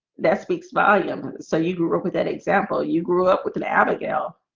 that speaks volumes so you grew up with that example you grew up with a navigo